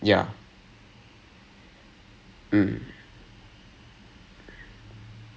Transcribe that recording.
that's what the wing was for நீ வந்து:ni vanthu perform எல்லாம் பண்ணிட்டே:ellaam pannittae but now you don't want to go back on stage